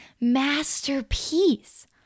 masterpiece